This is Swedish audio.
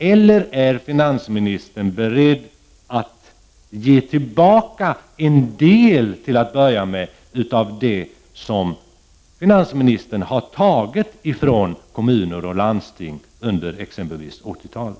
Eller är finansministern beredd att ge tillbaka till att börja med en del av det som finansministern har tagit från kommuner och landsting under 1980-talet?